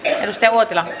kari uotila